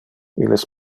illes